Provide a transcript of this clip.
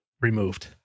removed